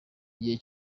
gihe